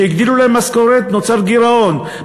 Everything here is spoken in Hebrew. וכשהגדילו להם את המשכורת נוצר גירעון,